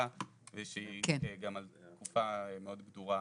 ושהיא תהיה גם על תקופה מאוד גדורה.